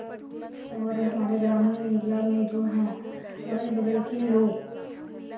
और हमारा ग्रामीण एरिया में जो हैं अगल बगल के लोग